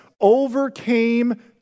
overcame